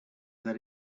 that